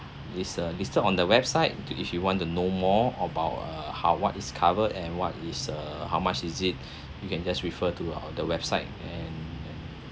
is uh listed on the website if you want to know more about uh how what is covered and what is uh how much is it you can just refer to uh the website and